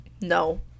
No